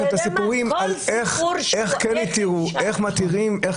את הסיפורים על איך כן התירו עגונות,